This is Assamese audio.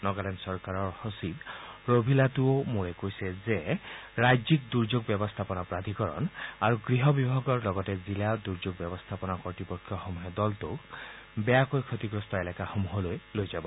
নগালেণ্ড চৰকাৰৰ সচিব ৰভিলাটুঅ' মোৰে কৈছে যে ৰাজ্যিক দুৰ্যোগ ব্যৱস্থাপনা প্ৰাধিকৰণ আৰু গৃহ বিভাগৰ লগতে জিলা দুৰ্যোগ ব্যৱস্থাপনা কৰ্ত্তপক্ষসমূহে দলটোক বেয়াকৈ ক্ষতিগ্ৰস্ত এলেকাসমূহলৈ লৈ যাব